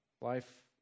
Life